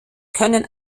können